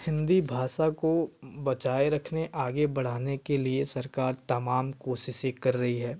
हिंदी भाषा को बचाए रखने आगे बढ़ाने के लिए सरकार तमाम कोशिशें कर रही है